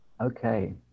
okay